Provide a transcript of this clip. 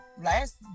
last